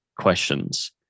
questions